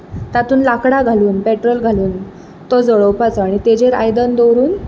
तातूंत लाकडां घालून पॅट्रोल घालून तो जळोवपाचो आनी ताचेर आयदन दवरून